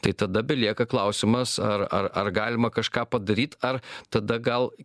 tai tada belieka klausimas ar ar ar galima kažką padaryt ar tada gal